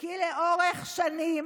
כי לאורך שנים